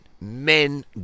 Men